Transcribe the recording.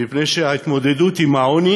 מפני שההתמודדות עם העוני